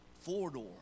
Four-door